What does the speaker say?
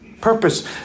Purpose